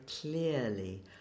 clearly